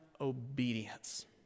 obedience